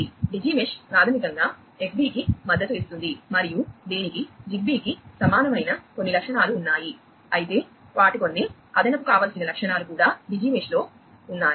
కాబట్టి DigiMesh ప్రాథమికంగా ఎక్స్బీకి మద్దతు ఇస్తుంది మరియు దీనికి జిగ్బీకి సమానమైన కొన్ని లక్షణాలు ఉన్నాయి అయితే వాటి కొన్ని అదనపు కావాల్సిన లక్షణాలు కూడా డిజి మెష్లో ఉన్నాయి